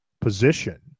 position